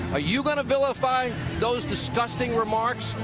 you going to vilify those disgusting remarks?